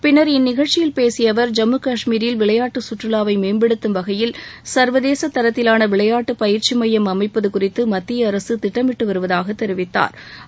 பின்னர் இந்நிகழ்ச்சியில் பேசிய அவர் ஜம்மு காஷ்மீரில் விளையாட்டு சுற்றுவாவை மேம்படுத்தும் வகையில் கள்வதேச தரத்திலான விளையாட்டு பயிற்சி மையம் அமைப்பது குறித்து மத்திய அரசு திட்டமிட்டு வருவதாக தெரிவித்தாா்